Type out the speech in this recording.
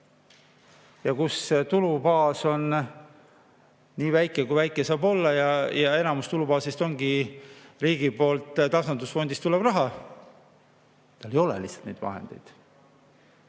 ja tulubaas on nii väike, kui väike olla saab, enamus tulubaasist ongi riigi poolt tasandusfondist tulev raha, kus ei ole lihtsalt neid vahendeid,